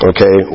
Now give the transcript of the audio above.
Okay